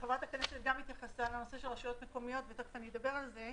וחברת הכנסת גם התייחסה לנושא של רשויות מקומיות ותכף אדבר על זה.